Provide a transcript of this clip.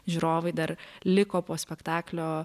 žiūrovai dar liko po spektaklio